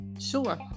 Sure